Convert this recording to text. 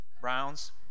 browns